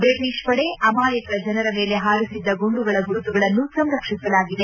British ಪಡೆ ಅಮಾಯಕ ಜನರ ಮೇಲೆ ಪಾರಿಸಿದ್ದ ಗುಂಡುಗಳನ್ನು ಸಂರಕ್ಷಿಸಲಾಗಿದೆ